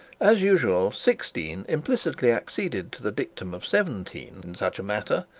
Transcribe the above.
as usual, sixteen implicitly acceded to the dictum of seventeen in such a matter,